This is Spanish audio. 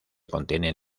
contienen